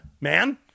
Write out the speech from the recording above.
man